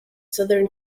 southern